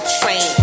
train